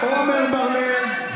עמר בר לב,